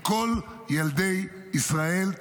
לכל ילדי ישראל,